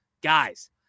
Guys